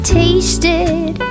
tasted